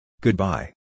Goodbye